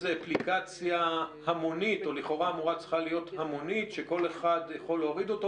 אפליקציה המונית שכל אחד יכול להוריד אותה